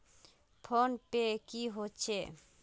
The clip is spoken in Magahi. फ़ोन पै की होचे?